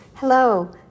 Hello